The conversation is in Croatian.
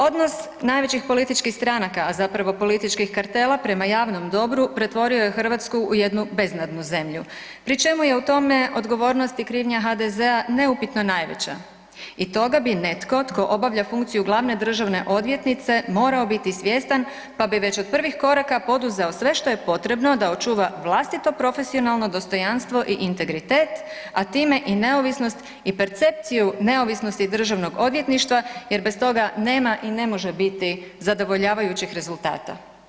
Odnos najvećih političkih stranaka, a zapravo političkih kartela, prema javnom dobru pretvorio je Hrvatsku u jednu beznadnu zemlju, pri čemu je u tome odgovornost i krivnja HDZ-a neupitno najveća i toga bi netko tko obavlja funkciju glavne državne odvjetnice morao biti svjestan pa bi već od prvih koraka poduzeo sve što je potrebno da očuva vlastito profesionalno dostojanstvo i integritet, a time i neovisnost i percepciju neovisnosti DORH-a jer bez toga nema i ne može biti zadovoljavajućih rezultata.